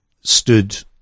stood